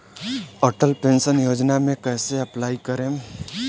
Atal pension योजना मे कैसे अप्लाई करेम?